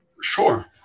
Sure